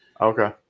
Okay